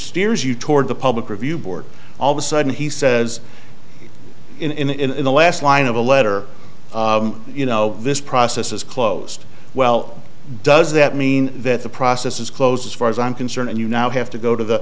steers you toward the public review board all of a sudden he says in the last line of a letter you know this process is closed well does that mean that the process is closed as far as i'm concerned and you now have to go to the